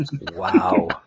Wow